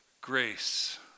grace